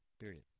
period